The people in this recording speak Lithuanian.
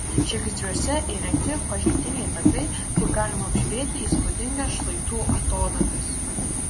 žiegždriuose įrengti pažintiniai takai kur galima apžiūrėti įspūdingas šlaitų atodangas